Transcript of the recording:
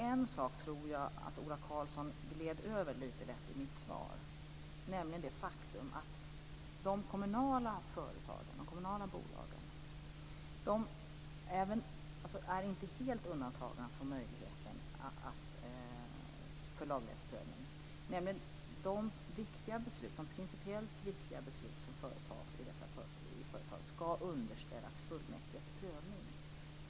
En sak tror jag att Ola Karlsson gled över lite lätt i mitt svar, nämligen det faktum att de kommunala bolagen inte är helt undantagna från möjligheten till laglighetsprövning. De principiellt viktiga beslut som fattas i dessa företag skall underställas kommunfullmäktiges prövning.